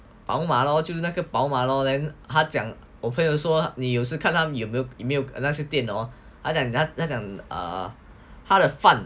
宝马咯就是那个宝马咯 then 她讲我朋友说你有时看他们有没有那些店他的饭